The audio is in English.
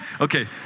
Okay